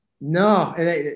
No